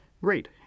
Great